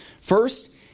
First